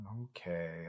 Okay